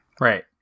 Right